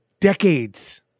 decades